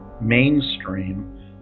mainstream